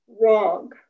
wrong